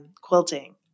quilting